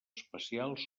especials